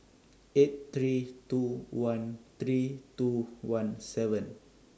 eight three two one three two one seven